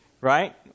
right